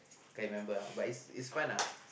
can't remember uh but it's it's fun ah